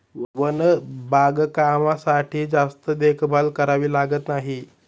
one बागकामासाठी जास्त देखभाल करावी लागत नाही